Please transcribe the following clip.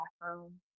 bathroom